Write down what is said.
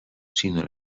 sinó